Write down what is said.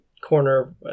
corner